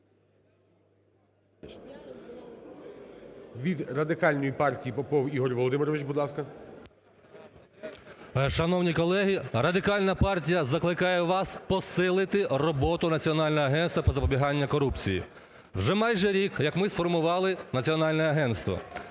Від Радикальної партії Попов Ігор Володимирович, будь ласка. 10:28:06 ПОПОВ І.В. Шановні колеги, Радикальна партія закликає вас посилити роботу Національного агентства по запобіганню корупції. Вже майже рік як ми сформували Національне агентство.